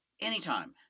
anytime